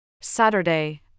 Saturday